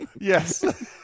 Yes